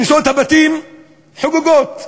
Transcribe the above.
הריסות הבתים חוגגות.